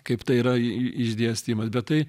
kaip tai yra išdėstymas bet tai